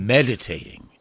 Meditating